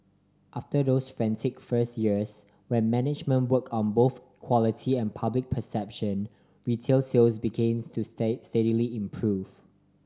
after those frantic first years when management work on both quality and public perception retail sales begins to steadily improve